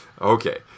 Okay